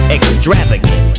Extravagant